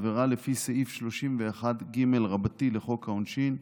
עבירה לפי סעיף 301ג לחוק העונשין.